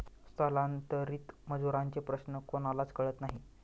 स्थलांतरित मजुरांचे प्रश्न कोणालाच कळत नाही